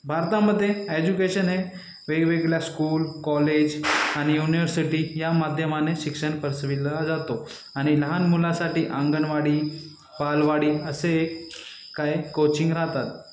भारतामध्ये एज्युकेशन हे वेगवेगळ्या स्कूल कॉलेज आणि युनिवर्सिटी या माध्यमाने शिक्षण पसरविला जातो आणि लहान मुलासाठी अंगणवाडी बालवाडी असे एक काय कोचिंग राहतात